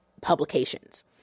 publications